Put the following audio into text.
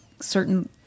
certain